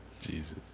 Jesus